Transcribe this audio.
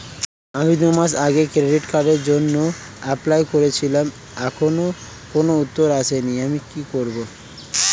আমি দুমাস আগে ক্রেডিট কার্ডের জন্যে এপ্লাই করেছিলাম এখনো কোনো উত্তর আসেনি আমি কি করব?